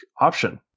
option